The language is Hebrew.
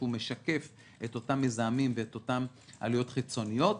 שהוא משקף את אותם מזהמים ואת אותן עלויות חיצוניות.